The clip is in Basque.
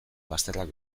bazterrak